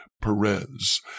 Perez